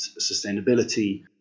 sustainability